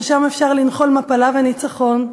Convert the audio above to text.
ששם אפשר לנחול מפלה וניצחון,